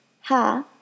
ha